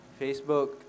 Facebook